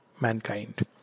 mankind